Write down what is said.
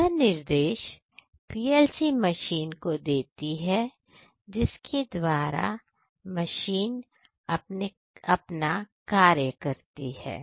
यह निर्देश PLC machine को देती है जिसके द्वारा मशीन अपने कार्य कर सकती है